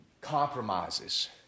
compromises